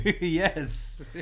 Yes